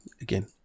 again